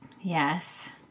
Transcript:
Yes